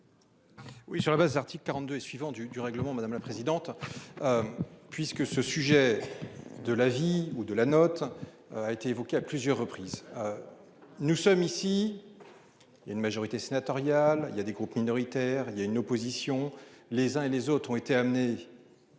Oui, sur la base d'articles 42 et suivants du du règlement. Madame la présidente. Puisque ce sujet. De la vie ou de la note. A été évoqué à plusieurs reprises. Nous sommes ici. Il y a une majorité sénatoriale. Il y a des groupes minoritaires, il y a une opposition les uns et les autres ont été amenés. Au fur